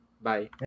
Bye